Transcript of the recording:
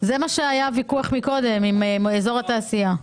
זה היה הוויכוח מקודם, על האזור התעשייה.